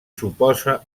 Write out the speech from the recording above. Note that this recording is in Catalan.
suposa